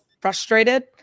frustrated